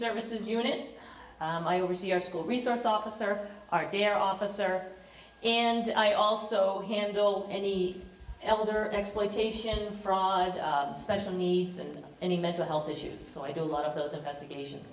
services unit i oversee our school resource officer r d r officer and i also handle any elder exploitation fraud special needs and any mental health issues so i do a lot of those investigations